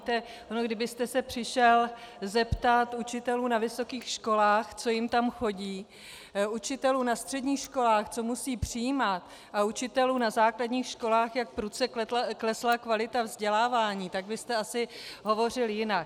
Víte, kdybyste se přišel zeptat učitelů na vysokých školách, co jim tam chodí, učitelů na středních školách, co musí přijímat, a učitelů na základních školách, jak prudce klesla kvalita vzdělávání, tak byste asi hovořil jinak.